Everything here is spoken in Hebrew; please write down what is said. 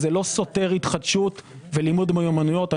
זה לא סותר התחדשות ולימוד מיומנויות.